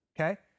okay